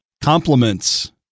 Compliments